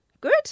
good